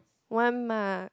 one mark